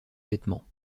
vêtements